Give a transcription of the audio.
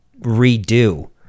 redo